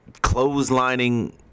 clotheslining